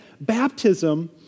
baptism